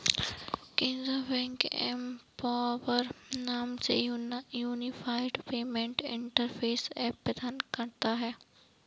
Canara Bank Empower नाम से unified payment interface app प्रदान करता हैं